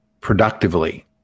productively